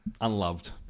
unloved